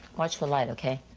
watch the light, ok?